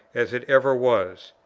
as it ever was.